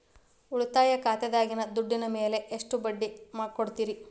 ಉಳಿತಾಯ ಖಾತೆದಾಗಿನ ದುಡ್ಡಿನ ಮ್ಯಾಲೆ ಎಷ್ಟ ಬಡ್ಡಿ ಕೊಡ್ತಿರಿ?